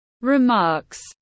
remarks